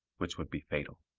which would be fatal.